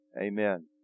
Amen